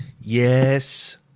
Yes